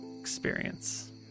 experience